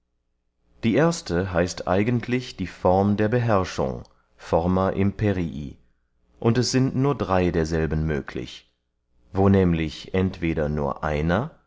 die erste heißt eigentlich die form der beherrschung forma imperii und es sind nur drey derselben möglich wo nämlich entweder nur einer